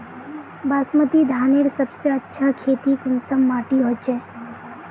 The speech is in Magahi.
बासमती धानेर सबसे अच्छा खेती कुंसम माटी होचए?